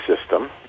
system